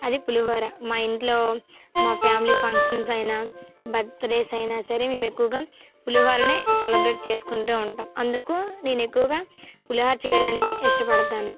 అది పులిహోర మా ఇంట్లో మా ఫ్యామిలీ ఫంక్షన్స్ అయినా బర్త్డేస్ అయినా సరే మేము ఎక్కువగా పులిహోరే సెలబ్రేట్ చేసుకుంటూ ఉంటాము అందుకు నేను ఎక్కువగా పులిహోర చేయడానికి ఇష్టపడతాను